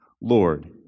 Lord